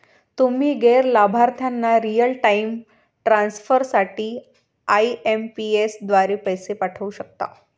तुम्ही गैर लाभार्थ्यांना रिअल टाइम ट्रान्सफर साठी आई.एम.पी.एस द्वारे पैसे पाठवू शकता